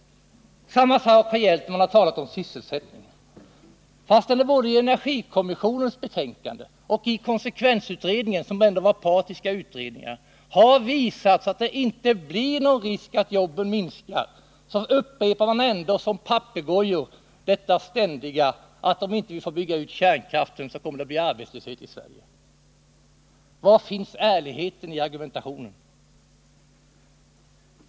Samma sak har gällt när man har talat om sysselsättningen. Både energikommissionen och konsekvensutredningen, som ändå var partiska utredningar, har i sina betänkanden visat att det inte finns någon risk för att jobben minskar. Ändå upprepar man ständigt som papegojor att om vi inte bygger ut kärnkraften så kommer det att bli arbetslöshet i Sverige. Var finns ärligheten i argumentationen?